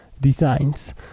designs